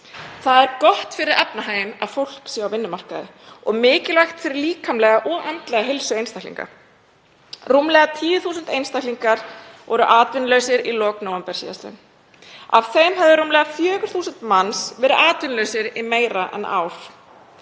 Það er gott fyrir efnahaginn að fólk sé á vinnumarkaði og mikilvægt fyrir líkamlega og andlega heilsu einstaklinga. Rúmlega 10.000 einstaklingar voru atvinnulausir í lok nóvember, af þeim höfðu rúmlega 4.000 manns verið atvinnulausir í meira en ár.